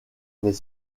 n’est